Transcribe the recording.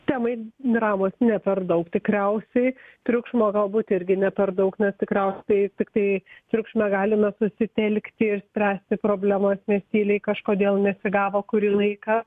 temai dramos ne per daug tikriausiai triukšmo galbūt irgi ne per daug nes tikrausiai tiktai triukšme galime susitelkti ir spręsti problemas nes tyliai kažkodėl nesigavo kurį laiką